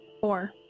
Four